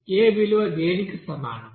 a విలువ దేనికి సమానం